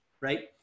right